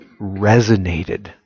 resonated